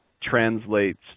translates